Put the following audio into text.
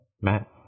Matt